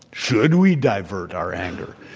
should we divert our anger?